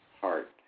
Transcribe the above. heart